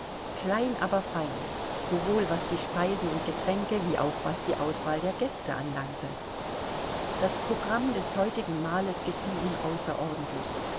klein aber fein sowohl was die speisen und getränke wie auch was die auswahl der gäste anlangte das programm des heutigen mahles gefiel ihm außerordentlich